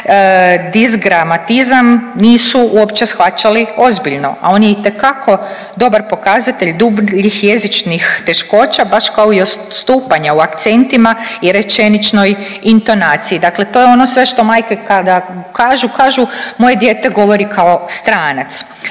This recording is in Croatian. disgramatizam nisu uopće shvaćali ozbiljno, a on je itekako dobar pokazatelj dubljih jezičnih teškoća, baš kao i odstupanja u akcentima i rečeničnoj intonaciji. Dakle to je ono sve što majke kada kažu, kažu moje rijete govori kao stranac.